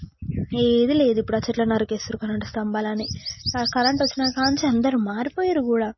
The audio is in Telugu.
ఏది లేదు ఇప్పుడు ఆ చెట్ల నరికేస్తున్నారు కరెంట్ స్తంభాలు అన్నీ కరెంటు వచ్చిన కాడ నుంచి అందరు మారిపోయారు కూడా